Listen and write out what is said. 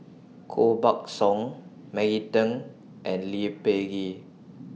Koh Buck Song Maggie Teng and Lee Peh Gee